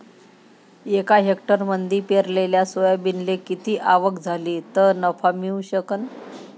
एका हेक्टरमंदी पेरलेल्या सोयाबीनले किती आवक झाली तं नफा मिळू शकन?